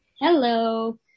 Hello